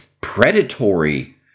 predatory